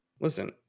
Listen